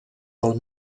pel